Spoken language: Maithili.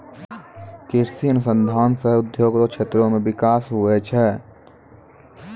कृषि अनुसंधान से उद्योग रो क्षेत्र मे बिकास हुवै छै